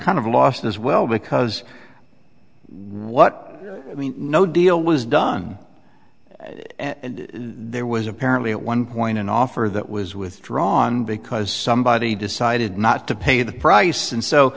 kind of lost as well because what i mean no deal was done and there was apparently at one point an offer that was withdrawn because somebody decided not to pay the price and so